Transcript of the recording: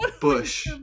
bush